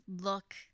look